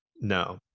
No